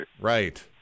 Right